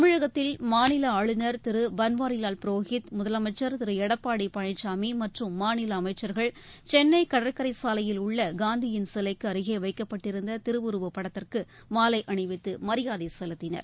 தமிழகத்தில் மாநில ஆளுநர் திரு பன்வாரிலால் புரோஹித் முதலமைச்சர் திரு எடப்பாடி பழனிசாமி மற்றும் மாநில அமச்சர்கள் சென்னை கடற்கரை சாலையில் உள்ள காந்தியின் சிலைக்கு அருகே வைக்கப்பட்டிருந்த திருவுருவப்படத்திற்கு மாலை அணிவித்து மரியாதை செலுத்தினர்